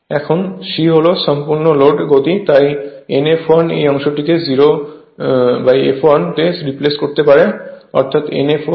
এখন c হল সম্পূর্ণ লোড গতি তাই nfl এই অংশটিকে 0fl তে রিপ্লেসড করতে পারে